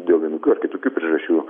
dėl vienokių ar kitokių priežasčių